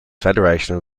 federation